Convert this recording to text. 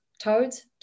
toads